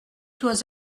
dois